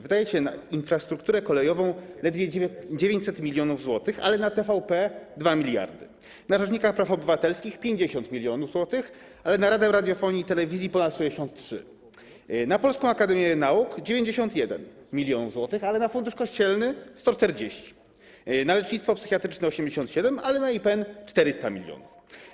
Wydajecie na infrastrukturę kolejową zaledwie 900 mln zł, ale na TVP - 2 mld, na rzecznika praw obywatelskich - 50 mln zł, ale na radę radiofonii i telewizji - ponad 63, na Polską Akademię Nauk - 91 mln zł, ale na Fundusz Kościelny - 140, na lecznictwo psychiatryczne - 87, ale na IPN - 400 mln.